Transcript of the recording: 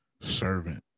servant